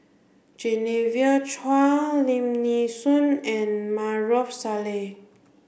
Genevieve Chua Lim Nee Soon and Maarof Salleh